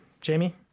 Jamie